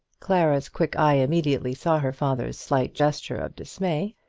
clara's quick eye immediately saw her father's slight gesture of dismay,